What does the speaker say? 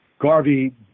Garvey